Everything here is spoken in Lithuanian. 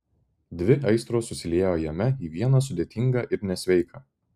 dvi aistros susiliejo jame į vieną sudėtingą ir nesveiką